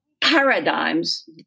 paradigms